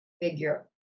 figure